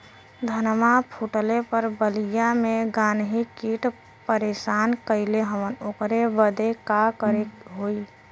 धनवा फूटले पर बलिया में गान्ही कीट परेशान कइले हवन ओकरे बदे का करे होई?